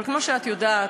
אבל כמו שאת יודעת,